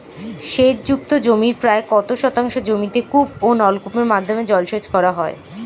সেচ যুক্ত জমির প্রায় কত শতাংশ জমিতে কূপ ও নলকূপের মাধ্যমে জলসেচ করা হয়?